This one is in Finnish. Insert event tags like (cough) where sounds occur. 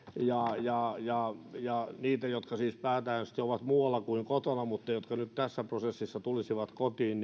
ja ja niitä jotka siis pääsääntöisesti ovat muualla kuin kotona mutta jotka nyt tässä prosessissa tulisivat kotiin (unintelligible)